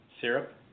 Syrup